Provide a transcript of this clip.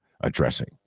addressing